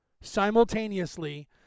simultaneously